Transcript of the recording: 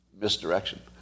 Misdirection